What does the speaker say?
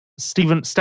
Stephen